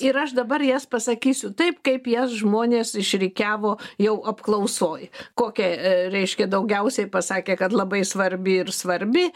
ir aš dabar jas pasakysiu taip kaip jas žmonės išrikiavo jau apklausoj kokią reiškia daugiausiai pasakė kad labai svarbi ir svarbi